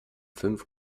fünf